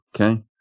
Okay